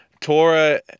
Torah